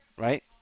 Right